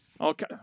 Okay